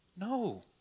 No